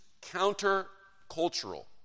counter-cultural